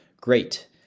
Great